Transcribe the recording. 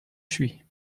suis